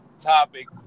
topic